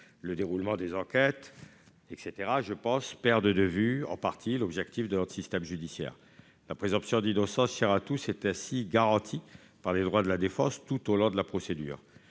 le déroulement des enquêtes ; à mon sens, ils perdent en partie de vue l'objectif de notre système judiciaire. La présomption d'innocence, chère à tous, est en effet garantie par les droits de la défense tout au long de la procédure.